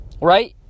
right